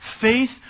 Faith